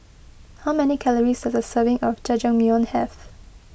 how many calories does a serving of Jajangmyeon have